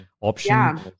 option